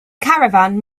caravan